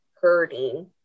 hurting